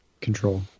control